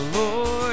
Lord